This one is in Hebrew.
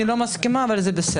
אני לא מסכימה, אבל זה בסדר.